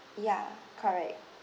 ya correct